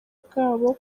bwabo